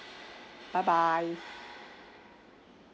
bye bye